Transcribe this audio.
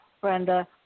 Brenda